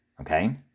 Okay